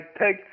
take